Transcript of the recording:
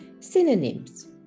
Synonyms